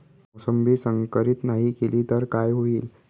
मोसंबी संकरित नाही केली तर काय होईल?